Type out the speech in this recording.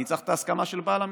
ואני צריך את ההסכמה של בעל המכסה.